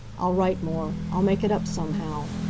i'll write more. i'll make it up somehow.